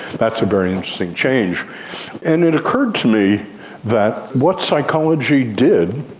that's a very interesting change. and it occurred to me that what psychology did,